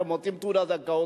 ורוצים תעודת זכאות,